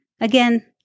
Again